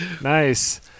Nice